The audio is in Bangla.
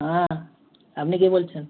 হ্যাঁ আপনি কে বলছেন